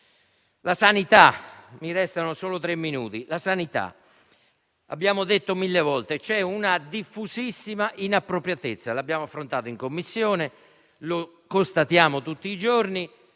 alla sanità, abbiamo detto mille volte che c'è una diffusissima inappropriatezza, che abbiamo affrontato in Commissione e constatiamo tutti i giorni.